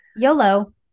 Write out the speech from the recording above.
YOLO